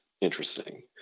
interesting